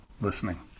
listening